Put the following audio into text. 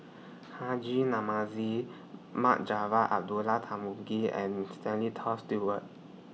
Haji Namazie Mohd Javad Abdullah Tarmugi and Stanley Toft Stewart